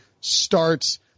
starts